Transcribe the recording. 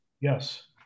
Yes